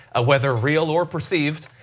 ah whether real or perceived,